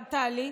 טלי,